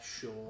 sure